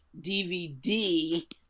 DVD